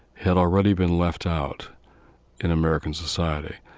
had already been left out in american society.